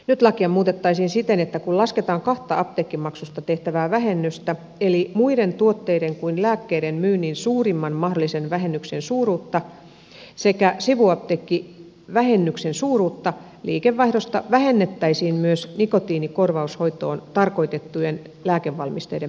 nyt lakia muutettaisiin siten että kun lasketaan kahta apteekkimaksusta tehtävää vähennystä eli muiden tuotteiden kuin lääkkeiden myynnin suurimman mahdollisen vähennyksen suuruutta sekä sivuapteekkivähennyksen suuruutta liikevaihdosta vähennettäisiin myös nikotiinikorvaushoitoon tarkoitettujen lääkevalmisteiden myynnin arvo